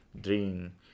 dream